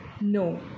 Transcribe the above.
No